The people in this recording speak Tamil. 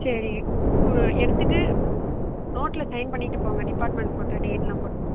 சரி கு எடுத்துவிட்டு நோட்டில் சைன் பண்ணிவிட்டு போங்க டிப்பார்ட்மெண்ட் போட்டு டேடெலாம் போட்டு